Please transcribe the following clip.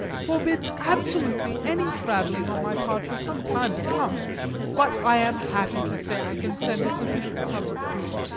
forbids absolutely any travelling on my part for some time to come but i am happy to say i can send a sufficient substitute,